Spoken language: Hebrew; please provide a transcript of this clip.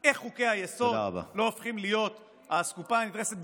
את איך חוקי היסוד לא הופכים להיות האסקופה הנדרסת.